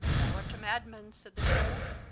thou art a madman, said the sheriffe,